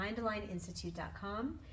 mindaligninstitute.com